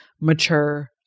mature